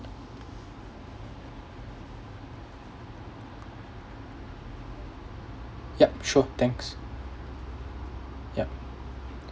yup sure thanks yup